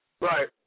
Right